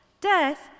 death